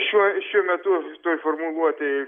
šiuo šiuo metu toj formuluotėj